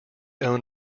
owned